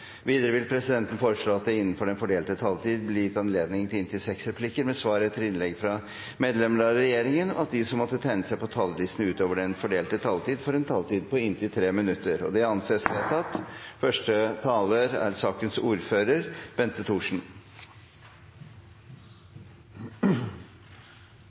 Videre vil presidenten foreslå at det – innenfor den fordelte taletid – blir gitt anledning til inntil seks replikker med svar etter innlegg fra medlemmer av regjeringen, og at de som måtte tegne seg på talerlisten utover den fordelte taletid, får en taletid på inntil 3 minutter. – Det anses vedtatt.